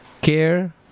care